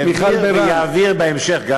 העביר ויעביר גם בהמשך,